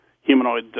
humanoid